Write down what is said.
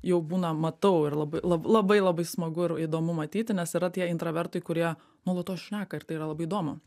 jau būna matau ir labai labai labai smagu ir įdomu matyti nes yra tie intravertai kurie nuolatos šneka ir tai yra labai įdomu